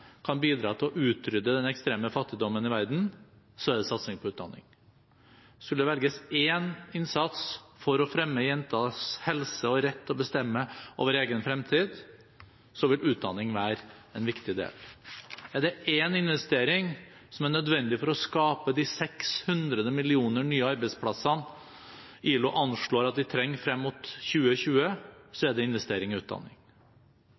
kan bidra til å utrydde den ekstreme fattigdommen i verden, er det satsing på utdanning. Skulle det velges én innsats for å fremme jenters helse og rett til å bestemme over egen fremtid, vil utdanning være en viktig del. Er det én investering som er nødvendig for å skape de 600 millioner nye arbeidsplassene som ILO anslår at vi trenger frem mot 2020, er det investering i utdanning.